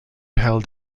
held